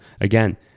Again